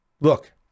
Look